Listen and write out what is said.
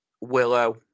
Willow